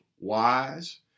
wise